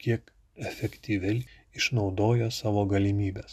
kiek efektyviai išnaudoja savo galimybes